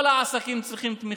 כל העסקים צריכים תמיכה.